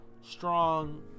strong